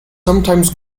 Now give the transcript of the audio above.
sometimes